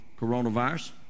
coronavirus